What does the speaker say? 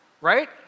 right